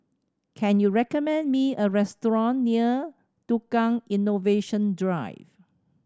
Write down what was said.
can you recommend me a restaurant near Tukang Innovation Drive